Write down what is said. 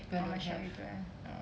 no don't have